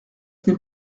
n’est